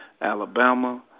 Alabama